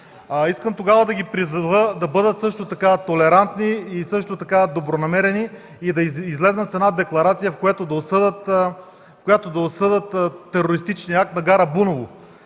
Искам тогава да ги призова да бъдат също така толерантни и добронамерени, да излязат с една декларация, в която да осъдят терористичния акт на гара Буново